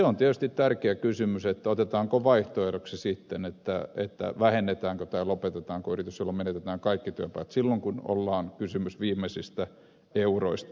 on tietysti tärkeä kysymys otetaanko vaihtoehdoksi sitten että vähennetään väkeä tai lopetetaan yritys jolloin menetetään kaikki työpaikat silloin kun on kysymys viimeisistä euroista